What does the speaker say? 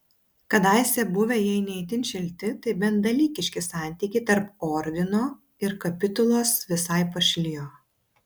kadaise buvę jei ne itin šilti tai bent dalykiški santykiai tarp ordino ir kapitulos visai pašlijo